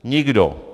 Nikdo!